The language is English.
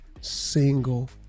single